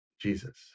Jesus